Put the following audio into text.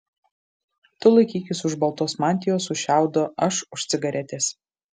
tu laikykis už baltos mantijos už šiaudo aš už cigaretės